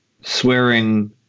swearing